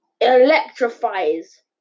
electrifies